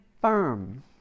firm